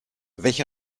welche